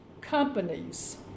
companies